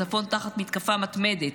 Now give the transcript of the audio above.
הצפון תחת מתקפה מתמדת,